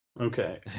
Okay